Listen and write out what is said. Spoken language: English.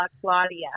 Claudia